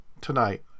tonight